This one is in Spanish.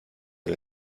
del